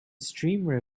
streamer